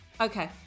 Okay